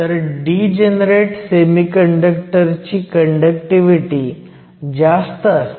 तर degenerate semiconductor ची conductivity जास्त असते